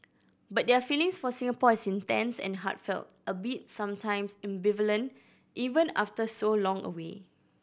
but their feelings for Singapore is intense and heartfelt albeit sometimes ambivalent even after so long away